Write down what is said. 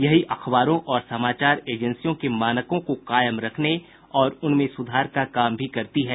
यही अखबारों और समाचार एजेंसियों के मानकों को कायम रखने और उनमें सुधार का काम भी करती है